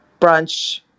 brunch